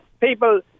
People